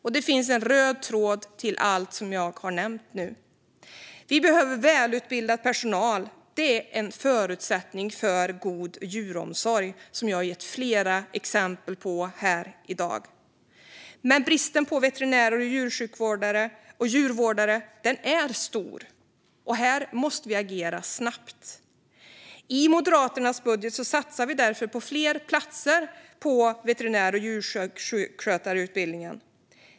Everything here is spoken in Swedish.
Här finns en röd tråd till allt som jag nu har nämnt. Vi behöver välutbildad personal. Det är en förutsättning för god djuromsorg, vilket jag gett flera exempel på här i dag. Bristen på veterinärer, djursjukvårdare och djurvårdare är stor. Här måste vi agera snabbt. I Moderaternas budget satsar vi därför på fler platser på veterinär och djursjukskötarutbildningen.